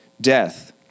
death